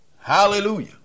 Hallelujah